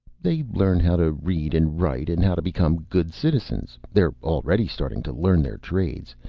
they learn how to read and write, and how to become good citizens. they're already starting to learn their trades.